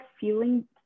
feeling